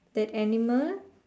that animal